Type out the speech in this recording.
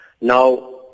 Now